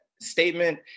statement